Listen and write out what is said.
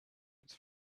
its